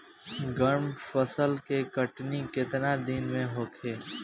गर्मा फसल के कटनी केतना दिन में होखे?